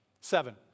Seven